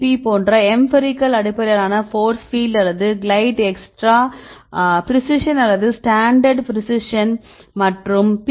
B போன்ற empirical அடிப்படையிலான force field அல்லது கிளைட் எக்ஸ்ட்ரா பிரீசிஷன் அல்லது ஸ்டாண்டர்ட் பிரீசிஷன் மற்றும் பி